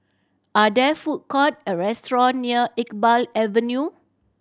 are there food courts or restaurants near Iqbal Avenue